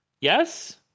Yes